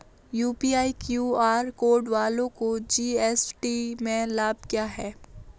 UPI QR code वालों को GST में लाभ क्या है?